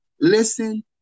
listen